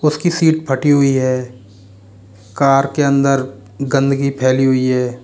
उसकी सीट फटी हुई है कार के अंदर गंदगी फैली हुई है